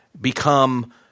become –